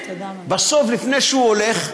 בסוף, לפני שהוא הולך,